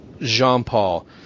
Jean-Paul